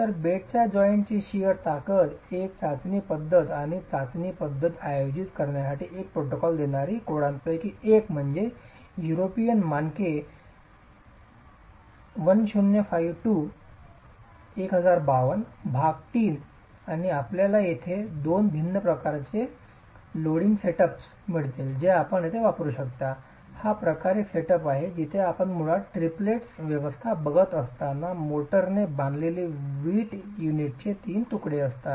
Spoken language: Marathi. तर बेडच्या जॉइंट ची शिअर ताकद एक चाचणी पद्धत आणि चाचणी पद्धत आयोजित करण्यासाठी एक प्रोटोकॉल देणारी कोडांपैकी एक म्हणजे युरोपियन मानके युरोपियन मानके 1052 भाग 3 आणि आपल्याला तेथे दोन भिन्न प्रकारचे लोडिंग सेटअप्स मिळतील जे आपण तेथे वापरु शकता हा प्रकार एक सेटअप आहे जेथे आपण मुळात ट्रीपलेट व्यवस्था बघत असता मोर्टारने बांधलेले वीट युनिटचे तीन तुकडे असतात